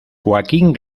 joaquín